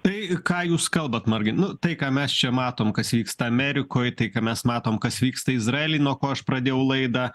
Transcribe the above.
tai ką jūs kalbat marga nu tai ką mes čia matom kas vyksta amerikoj tai ką mes matom kas vyksta izraely nuo ko aš pradėjau laidą